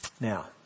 Now